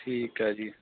ਠੀਕ ਹੈ ਜੀ